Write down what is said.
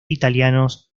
italianos